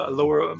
lower